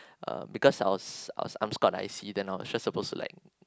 uh because I was I was I'm squad I_C then I was just supposed to like